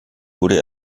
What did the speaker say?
wurde